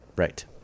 right